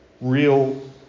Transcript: real